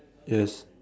yes